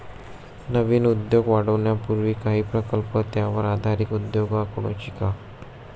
नवीन उद्योग वाढवण्यापूर्वी काही प्रकल्प त्यावर आधारित उद्योगांकडून शिका